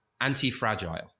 anti-fragile